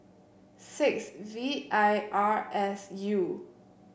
six V I R S U